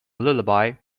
lullaby